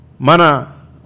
mana